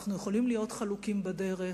אנו יכולים להיות חלוקים בדרך,